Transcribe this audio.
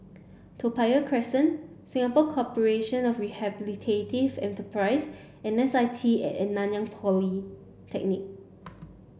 Toa Payoh Crest Singapore Corporation of Rehabilitative Enterprises and S I T at Nanyang Polytechnic